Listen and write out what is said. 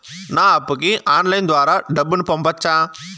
నా అప్పుకి ఆన్లైన్ ద్వారా డబ్బును పంపొచ్చా